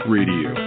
Radio